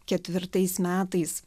ketvirtais metais